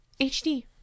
hd